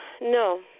No